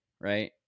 right